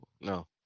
no